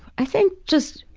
i think just,